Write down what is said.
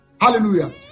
hallelujah